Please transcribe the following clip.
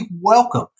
welcome